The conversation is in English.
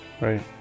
right